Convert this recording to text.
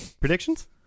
predictions